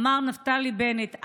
אמר נפתלי בנט,